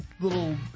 little